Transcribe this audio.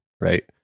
right